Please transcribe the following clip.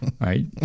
right